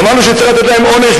ואמרנו שצריך לתת להם עונש,